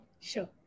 sure